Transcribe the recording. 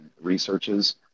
researches